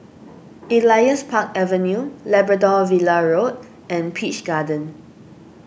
Elias Park Avenue Labrador Villa Road and Peach Garden